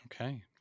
Okay